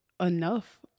enough